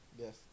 Yes